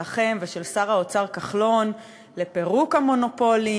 שלכם ושל שר האוצר כחלון לפירוק המונופולים,